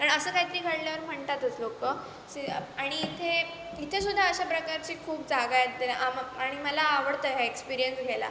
कारण असं काहीतरी घडल्यावर म्हणतातच लोकं सी आणि इथे इथेसुद्धा अशा प्रकारची खूप जागा आहेत त्या आमा आणि मला आवडतं हा एक्स्पिरीयन्स घ्यायला